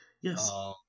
Yes